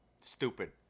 stupid